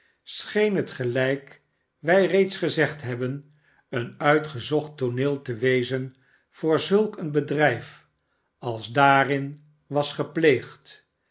scheen het gelijk wij reeds gezegd hebben een uitgezocht tooneel te wezen voor zulk een bedrijf als daarin was gepleegd